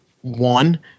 one